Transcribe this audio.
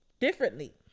differently